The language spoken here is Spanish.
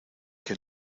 que